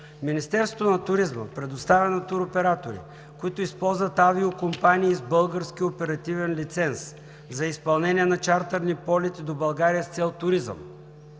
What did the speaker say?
„Министерството на туризма предоставя на туроператори, които използват авиокомпании с български оперативен лиценз за изпълнение на чартърни полети до България с цел туризъм,